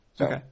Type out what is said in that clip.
Okay